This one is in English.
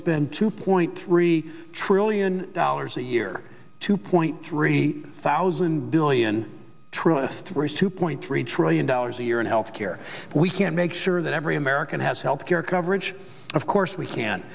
spend two point three trillion dollars a year two point three thousand billion trillion through two point three trillion dollars a year in health care we can't make sure that every american has health care coverage of course we can